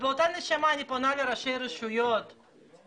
באותה נשימה אני פונה לראשי הרשויות ואומרת להם: